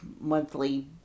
monthly